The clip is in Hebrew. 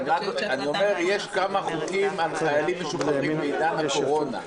אני רק אומר שיש כמה חוקים על חיילים משוחררים בעידן הקורונה.